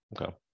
Okay